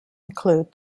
include